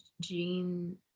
Gene